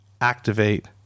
activate